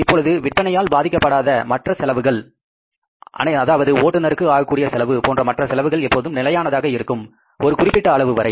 இப்பொழுது விற்பனையால் பாதிக்கப்படாத மற்ற செலவுகள் அதாவது ஓட்டுநருக்கு ஆகக்கூடிய செலவு போன்ற மற்ற செலவுகள் எப்பொழுதும் நிலையானதாக இருக்கும் ஒரு குறிப்பிட்ட அளவு வரை